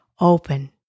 open